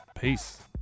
Peace